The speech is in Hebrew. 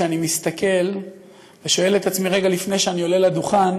שאני מסתכל ושואל את עצמי רגע לפני שאני עולה לדוכן,